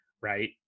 right